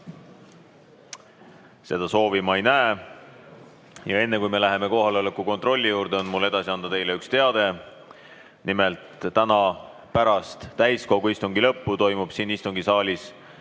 Seda soovi ma ei näe. Enne kui me läheme kohaloleku kontrolli juurde, on mul edasi anda teile üks teade. Nimelt, täna pärast täiskogu istungi lõppu toimub siin istungisaalis